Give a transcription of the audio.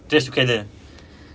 trace together